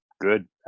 good